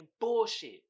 bullshit